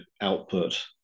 output